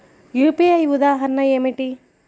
UPI ఉదాహరణ ఏమిటి?